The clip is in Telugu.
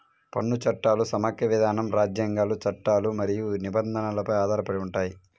పన్ను చట్టాలు సమాఖ్య విధానం, రాజ్యాంగాలు, చట్టాలు మరియు నిబంధనలపై ఆధారపడి ఉంటాయి